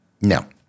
No